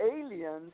aliens